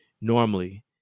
normally